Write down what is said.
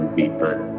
people